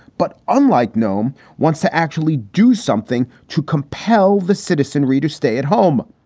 but unlike nome, wants to actually do something to compel the citizenry to stay at home.